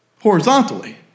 horizontally